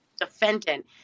defendant